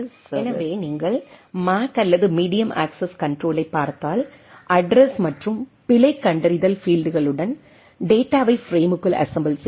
எனவே நீங்கள் மேக் அல்லது மீடியம் அக்சஸ் கண்ட்ரோலைப் பார்த்தால் அட்ரஸ் மற்றும் பிழை கண்டறிதல் பீல்டுகளுடன் டேட்டாவை பிரேமுக்குள் அசெம்பிள் செய்கிறது